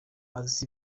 azi